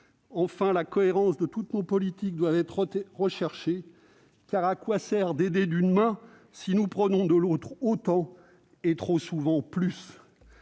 Enfin, la cohérence de toutes nos politiques doit être recherchée. Car à quoi sert d'aider d'une main si nous prenons de l'autre autant, et trop souvent plus ?